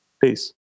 Peace